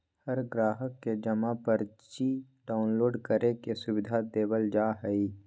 हर ग्राहक के जमा पर्ची डाउनलोड करे के सुविधा देवल जा हई